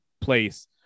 place